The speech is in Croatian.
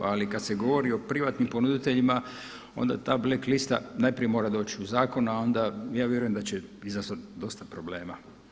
Ali kad se govori o privatnim ponuditeljima onda ta black lista najprije mora doći u zakon, a onda ja vjerujem da će izazvati dosta problema.